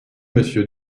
monsieur